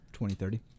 2030